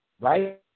right